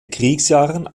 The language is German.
kriegsjahren